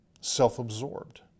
self-absorbed